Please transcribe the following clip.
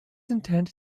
intent